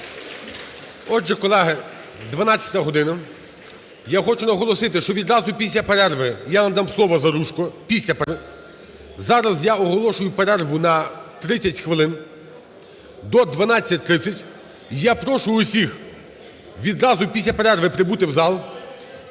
Отже, колеги. 12 година. Я хочу наголосити, що відразу після перерви я надам слово Заружко, після перерви. Зараз я оголошую перерву на 30 хвилин. До 12:30 я прошу всіх відразу після перерви прибути в зал,